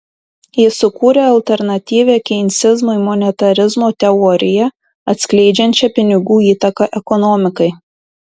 jis sukūrė alternatyvią keinsizmui monetarizmo teoriją atskleidžiančią pinigų įtaką ekonomikai